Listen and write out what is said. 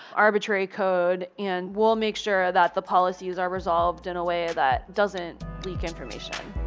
arbitrary code, and we'll make sure that the policies are resolved in a way that doesn't leak information.